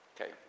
Okay